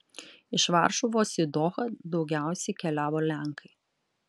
iš varšuvos į dohą daugiausiai keliavo lenkai